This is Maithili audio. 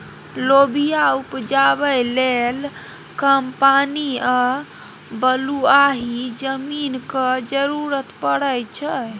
लोबिया उपजाबै लेल कम पानि आ बलुआही जमीनक जरुरत परै छै